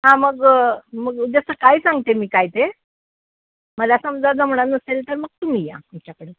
हां मग मग उद्या सकाळी सांगते मी काय ते मला समजा जमणार नसेल तर मग तुम्ही या आमच्याकडे